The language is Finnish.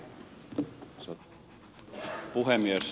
arvoisa puhemies